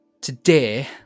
today